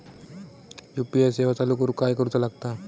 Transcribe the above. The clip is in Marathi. यू.पी.आय सेवा चालू करूक काय करूचा लागता?